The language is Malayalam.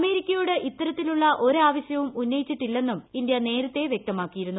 അമേരിക്കയോട് ഇത്തരത്തിലുള്ള ഒരാവശ്യവും ഉന്നയിച്ചിട്ടില്ലെന്നും ഇന്ത്യ നേരത്തെ വ്യക്തമാക്കിയിരുന്നു